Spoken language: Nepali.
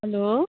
हेलो